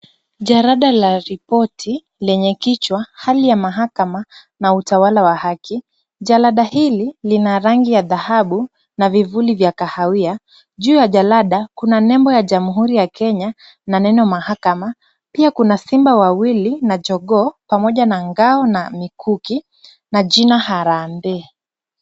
Jalada la ripoti lenye kichwa hali ya mahakama na utawala wa haki. Jalada hili lina rangi ya dhahabu na vivuli vya kahawia. Juu ya jalada kuna nembo ya Jamhuri ya Kenya na neno mahakama. Pia kuna simba wawili na jogoo, pamoja na ngao na mikuki na jina Harambee.